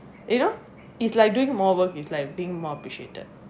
you know it's like doing more work is like being more appreciated